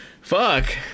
Fuck